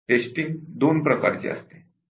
testing दोन प्रकारचे आहे